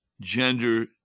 gender